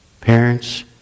Parents